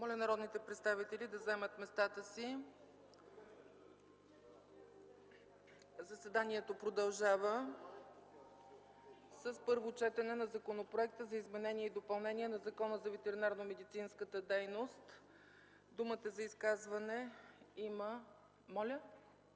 Моля народните представители да заемат местата си. Заседанието продължава с първото четене на Законопроекта за изменение и допълнение на Закона за ветеринарномедицинската дейност. За процедура – Ваньо